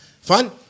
Fun